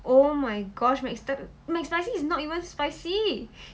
oh my gosh mcsp~ mcspicy is not even spicy